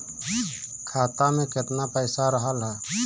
खाता में केतना पइसा रहल ह?